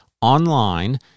online